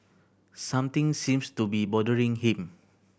something seems to be bothering him